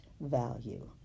value